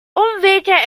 umwege